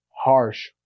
harsh